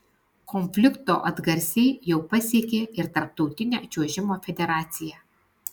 konflikto atgarsiai jau pasiekė ir tarptautinę čiuožimo federaciją